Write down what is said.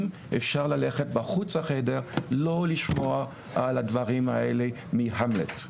אפשר לצאת מחוץ לחדר ולא לשמוע את הדברים האלה מהמלט,